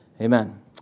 Amen